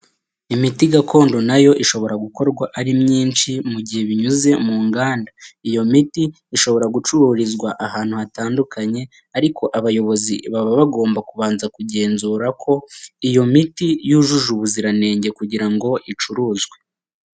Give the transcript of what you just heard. Imiti gakondo na yo ishobora gukorwa ari myinshi mu gihe binyuze mu nganda. Iyo miti ishobora gucururizwa ahantu hatandukanye ariko abayobozi baba bagomba kubanza kugenzura ko iyo miti yujuje ubuziranenge kugira ngo icuruzwe.